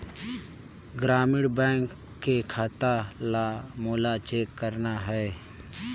ग्रामीण बैंक के खाता ला मोला चेक करना हे?